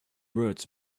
words